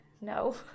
No